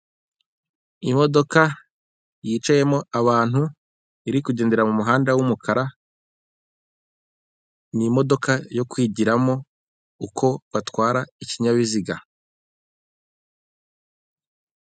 Imodoka yicayemo abantu iri kugendera mumuhanda w'umukara, n'imodoka yo kwigiramo uko batwara ikinyabiziga.